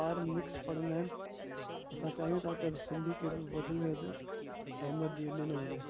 ॿार मिक्स पढ़ंदा आहिनि असां चाहियूं था त सिंधी खे बि वधि में वधि एहिमियत ॾियो ॾिनो वञे